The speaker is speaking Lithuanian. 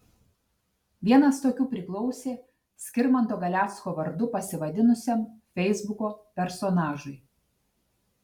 vienas tokių priklausė skirmanto galecko vardu pasivadinusiam feisbuko personažui